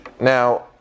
Now